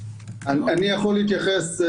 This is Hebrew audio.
אני יכול להתייחס.